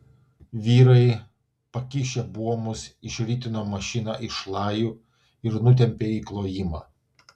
vyrai pakišę buomus išritino mašiną iš šlajų ir nutempė į klojimą